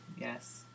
Yes